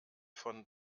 von